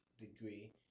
degree